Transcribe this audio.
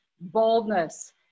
boldness